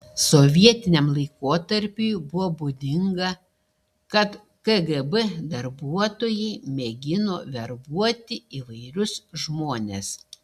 sovietiniam laikotarpiui buvo būdinga kad kgb darbuotojai mėgino verbuoti įvairius žmones